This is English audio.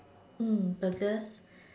mm burgers